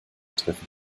treffen